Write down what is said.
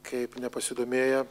kaip nepasidomėjo